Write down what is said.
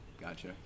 Gotcha